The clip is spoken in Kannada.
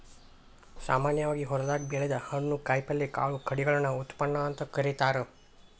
ಸಾಮಾನ್ಯವಾಗಿ ಹೊಲದಾಗ ಬೆಳದ ಹಣ್ಣು, ಕಾಯಪಲ್ಯ, ಕಾಳು ಕಡಿಗಳನ್ನ ಉತ್ಪನ್ನ ಅಂತ ಕರೇತಾರ